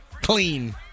clean